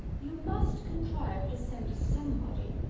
you must contrive to send somebody.